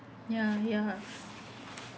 ya ya